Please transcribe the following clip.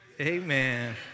Amen